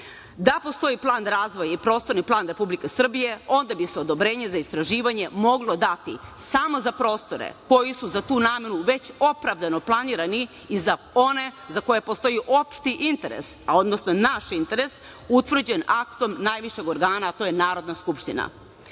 postoji plan razvoja i prostorni plan Republike Srbije, onda bi se odobrenje za istraživanje moglo dati samo za prostore koji su za tu namenu već opravdano planirani i za one za koji postoji opšti interes, odnosno naš interes utvrđen aktom najvišeg organa, a to je Narodna skupština.